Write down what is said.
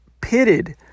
pitted